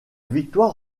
victoire